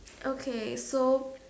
okay so